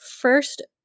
first